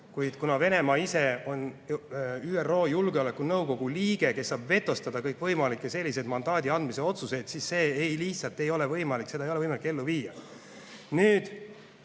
kuid kuna Venemaa on ÜRO Julgeolekunõukogu liige, kes saab vetostada kõikvõimalikke selliseid mandaadi andmise otsuseid, siis see lihtsalt ei ole võimalik. Seda ei ole võimalik ellu viia.